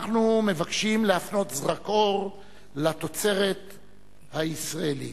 אנחנו מבקשים להפנות זרקור לתוצרת הישראלית.